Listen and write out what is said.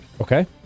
Okay